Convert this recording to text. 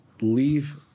leave